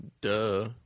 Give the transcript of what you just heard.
Duh